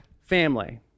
family